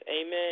Amen